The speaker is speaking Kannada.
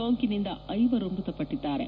ಸೋಂಕಿನಿಂದ ಐವರು ಮೃತಪಟ್ಟದ್ದಾರೆ